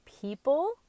people